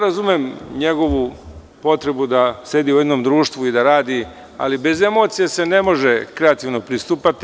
Razumem njegovu potrebu da sedi u jednom društvu i da radi, ali bez emocija se ne može kreativno pristupati.